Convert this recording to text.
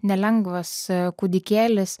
nelengvas kūdikėlis